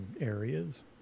areas